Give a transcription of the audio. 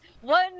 One